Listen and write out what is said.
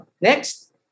Next